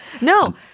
No